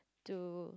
to